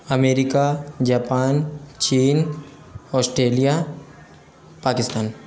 America Japan China Australia Pakistan